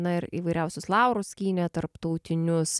na ir įvairiausius laurus skynė tarptautinius